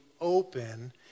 open